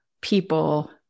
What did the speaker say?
people